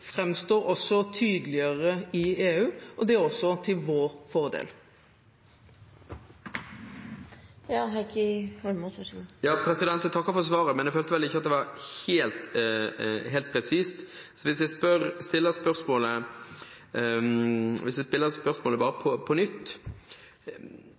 også framstår tydeligere i EU – og det er også til vår fordel. Jeg takker for svaret, men jeg følte vel ikke at det var helt presist. Så jeg bare stiller spørsmålet på nytt: Hva er status i forhandlingene i forhold til spørsmålet